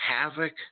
havoc